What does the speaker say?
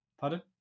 Pardon